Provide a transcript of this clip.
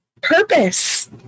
purpose